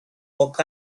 work